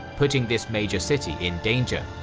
putting this major city in danger.